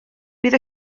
bydd